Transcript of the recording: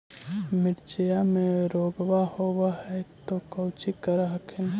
मिर्चया मे रोग्बा होब है तो कौची कर हखिन?